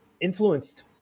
influenced